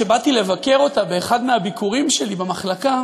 כשבאתי לבקר אותה באחד מהביקורים שלי במחלקה,